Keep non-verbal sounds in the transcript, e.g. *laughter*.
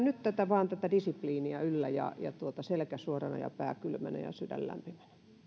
*unintelligible* nyt vaan tätä disipliiniä yllä ja ja selkä suorana ja pää kylmänä ja sydän lämpimänä